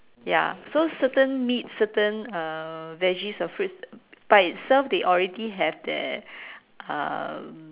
ya so certain meat certain uh veggies or fruits by itself they already have their um